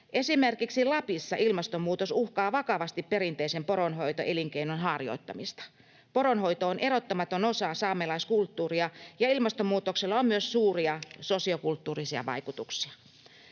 Esimerkiksi Lapissa ilmastonmuutos uhkaa vakavasti perinteisen poronhoitoelinkeinon harjoittamista. Poronhoito on erottamaton osa saamelaiskulttuuria, ja ilmastonmuutoksella on myös suuria sosiokulttuurisia vaikutuksia.